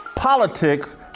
Politics